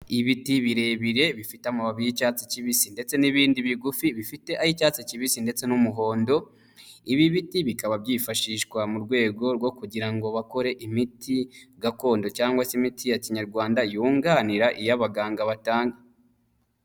ibiti birebire bifite amababi y'icyatsi kibisi ndetse n'ibindi bigufi bifite aya icyatsi kibisi ndetse n'umuhondo ibi biti bikaba byifashishwa mu rwego rwo kugira ngo bakore imiti gakondo cyangwa se imiti ya kinyarwanda yunganira iy'abaganga batanga.